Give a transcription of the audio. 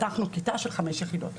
פתחנו כיתה של חמש יחידות.